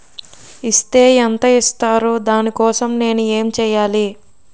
Is తే ఎంత ఇస్తారు దాని కోసం నేను ఎంచ్యేయాలి?